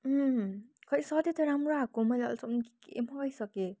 खोइ सधैँ त राम्रै आएको मैले अहिलेसम्म के के मगाइसकेँ